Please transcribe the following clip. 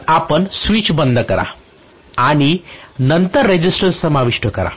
तर आपण स्विच बंद करा आणि नंतर रेसिस्टन्स समाविष्ट करा